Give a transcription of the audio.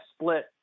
split